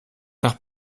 nach